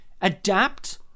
adapt